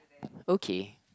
okay